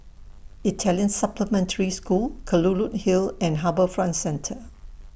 Italian Supplementary School Kelulut Hill and HarbourFront Centre